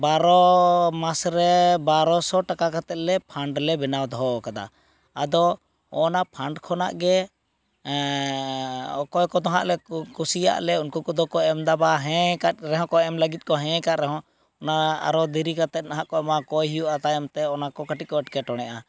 ᱵᱟᱨᱚᱻ ᱢᱟᱥᱨᱮᱻ ᱵᱟᱨᱚᱥᱚ ᱴᱟᱠᱟ ᱠᱟᱛᱮᱫ ᱞᱮ ᱯᱷᱟᱱᱰ ᱞᱮ ᱵᱮᱱᱟᱣ ᱫᱚᱦᱚᱣ ᱟᱠᱟᱫᱟ ᱟᱫᱚ ᱚᱱᱟ ᱯᱷᱟᱱᱰ ᱠᱷᱚᱱᱟᱜ ᱜᱮ ᱚᱠᱚᱭ ᱠᱚᱫᱚ ᱦᱟᱸᱜᱞᱮ ᱠᱩᱥᱤᱭᱟᱜ ᱞᱮ ᱩᱱᱠᱩ ᱠᱚᱫᱚ ᱠᱚ ᱮᱢᱫᱟ ᱵᱟ ᱦᱮᱸᱭ ᱟᱠᱟᱫ ᱨᱮᱦᱚᱸ ᱠᱚ ᱮᱢ ᱞᱟᱹᱜᱤᱫ ᱠᱚ ᱦᱮᱸᱭ ᱟᱠᱟᱫ ᱨᱮᱦᱚᱸ ᱚᱱᱟ ᱟᱨᱚ ᱫᱮᱨᱤ ᱠᱟᱛᱮᱫ ᱱᱟᱦᱟᱜ ᱠᱚ ᱮᱢᱟ ᱠᱚᱭ ᱠᱚ ᱦᱩᱭᱩᱜᱼᱟ ᱛᱟᱭᱚᱢᱛᱮ ᱚᱱᱟᱠᱚ ᱠᱟᱹᱴᱤᱡ ᱠᱚ ᱮᱴᱠᱮ ᱴᱚᱬᱮᱜᱼᱟ